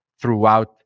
throughout